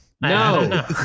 No